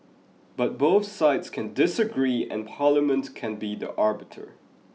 but both sides can disagree and parliament can be the arbiter